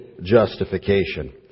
justification